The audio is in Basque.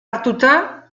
hartuta